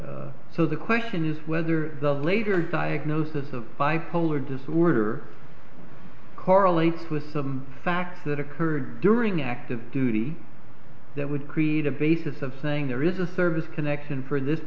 and so the question is whether the later diagnosis of bipolar disorder correlates with some facts that occurred during active duty that would create a basis of saying there is a service connection for this